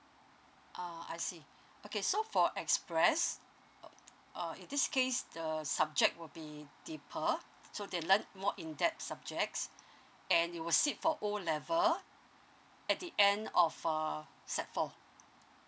uh I see okay so for express o~ uh in this case the subject will be deeper so they learn more in depth subjects and you will sit for O level at the end of uh sec four